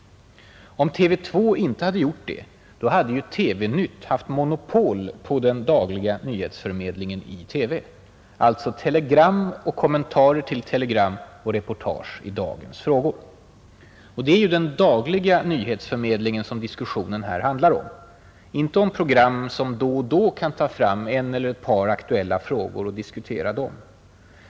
Om TV 2 inte hade gjort det, hade ju TV-Nytt haft monopol på den dagliga nyhetsförmedlingen i TV, alltså telegram och kommentarer till telegram samt reportage i dagsfrågor. Det är ju den dagliga nyhetsförmedlingen som diskussionen här handlar om, inte om program som då och då kan ta fram en eller ett par aktuella frågor och diskutera dem.